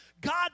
God